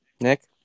Nick